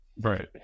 Right